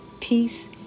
peace